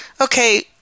okay